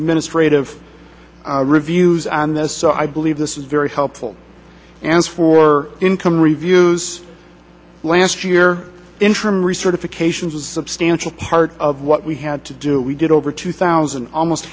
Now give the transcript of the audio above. administrative reviews on this so i believe this is very helpful and for income reviews last year interim recertification is a substantial part of what we had to do we did over two thousand almost